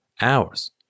hours